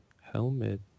Helmet